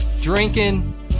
drinking